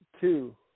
two